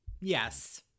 Yes